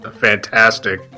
fantastic